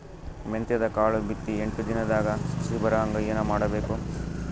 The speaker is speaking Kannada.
ಮೆಂತ್ಯದ ಕಾಳು ಬಿತ್ತಿ ಎಂಟು ದಿನದಾಗ ಸಸಿ ಬರಹಂಗ ಏನ ಮಾಡಬೇಕು?